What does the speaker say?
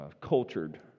cultured